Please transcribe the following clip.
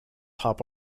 hop